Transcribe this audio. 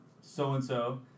so-and-so